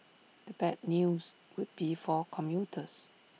the bad news would be for commuters